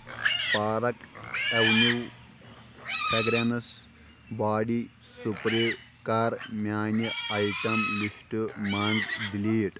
park Avenue fragrance body spray کَر میانہِ item list منٛز ڈیلیٖٹ